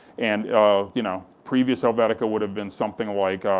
and you know, previous helvetica would have been something like, ah